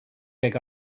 think